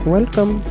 Welcome